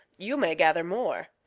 you may gather more.